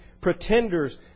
pretenders